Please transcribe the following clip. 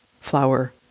flower